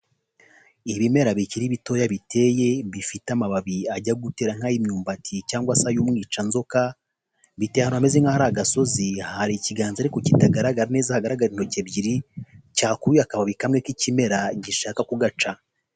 Ibimera bikiri bitoya biteye bifite amababi ajya gutera nk'a'imyumbati cyangwa se ay'umwica nzoka, biteye ahantu hameze nkahari agasozi, hari ikiganza ariko kitagaragara neza hagaragara intoki ebyiri cyakubiye akabari kamwe k'ikimera gishaka kugaca.